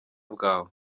bwawe